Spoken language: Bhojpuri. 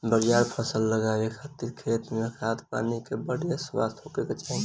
बरियार फसल लगावे खातिर खेत में खाद, पानी के बढ़िया व्यवस्था होखे के चाही